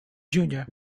junior